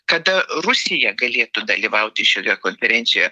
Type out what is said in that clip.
kada rusija galėtų dalyvauti šioje konferencijoje